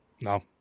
No